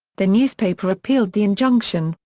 the newspaper appealed the injunction,